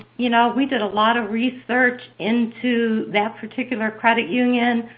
you know we did a lot of research into that particular credit union.